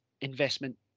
investment